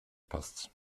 pass